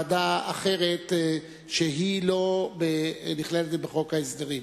ועדה אחרת שלא נכללת בחוק ההסדרים.